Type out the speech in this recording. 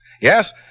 Yes